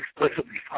explicitly